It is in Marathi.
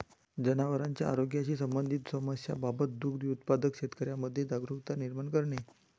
जनावरांच्या आरोग्याशी संबंधित समस्यांबाबत दुग्ध उत्पादक शेतकऱ्यांमध्ये जागरुकता निर्माण करणे